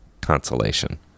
consolation